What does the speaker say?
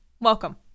Welcome